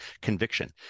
conviction